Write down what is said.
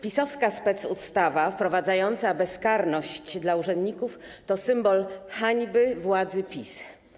PiS-owska specustawa wprowadzająca bezkarność dla urzędników to symbol hańby władzy PiS.